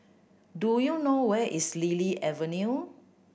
do you know where is Lily Avenue